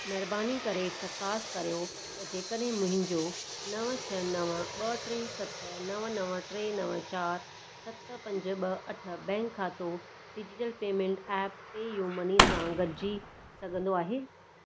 महिरबानी करे चकासु कर्यो त जेकॾहिं मुंहिंजो नव छह नव ॿ टे सत नव नव टे नव चार सत पंज ॿ अठ बैंक ख़ातो digital payment app PayU Money सां गॾिजी सघंदो आहे